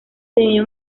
tenía